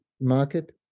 market